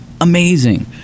amazing